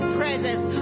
presence